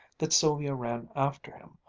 that sylvia ran after him,